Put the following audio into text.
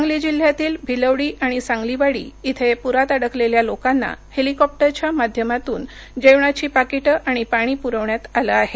सांगली जिल्ह्यातील भिलवडी आणि सांगलीवाडी इथे पुरात अडकलेल्या लोकांना हेलिकॉप्टरच्या माध्यमातून जेवणाची पाकीटं आणि पाणी पुरविण्यात आलं आहे